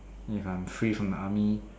if I'm free from the army